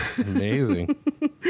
Amazing